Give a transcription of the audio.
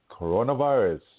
Coronavirus